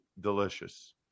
delicious